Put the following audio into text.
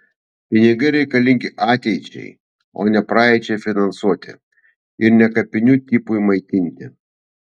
pinigai reikalingi ateičiai o ne praeičiai finansuoti ir ne kapinių tipui maitinti